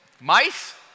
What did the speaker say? Mice